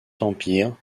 empire